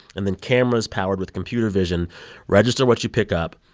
and then cameras powered with computer vision register what you pick up.